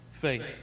faith